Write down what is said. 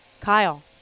Kyle